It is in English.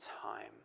time